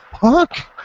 fuck